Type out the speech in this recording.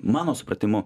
mano supratimu